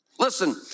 Listen